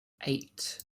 eight